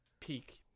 peak